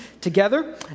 together